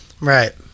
Right